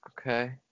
Okay